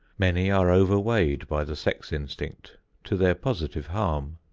many are overweighted by the sex instinct to their positive harm.